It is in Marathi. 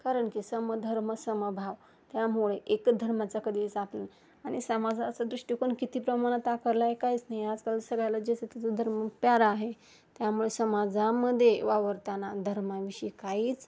कारण की समधर्मसमभाव त्यामुळे एकच धर्माचा कधीच आपली आणि समाजाचा दृष्टीकोन किती प्रमाणात आकळला आहे काहीच नाही आहे आजकाल सगळ्याला ज्याचं त्याचं धर्म प्यारा आहे त्यामुळं समाजामध्ये वावरताना धर्माविषयी काहीच